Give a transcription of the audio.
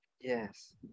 Yes